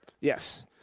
yes